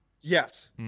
Yes